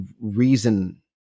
reason